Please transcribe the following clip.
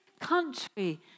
country